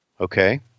Okay